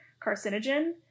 carcinogen